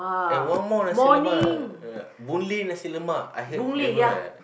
and one more nasi-lemak uh Boon-Lay nasi-lemak I heard